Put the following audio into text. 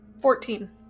Fourteen